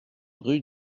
rue